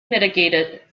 mitigated